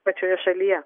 pačioje šalyje